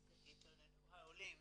התלוננו העולים